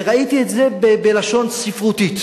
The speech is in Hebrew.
וראיתי את זה כלשון ספרותית,